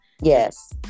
Yes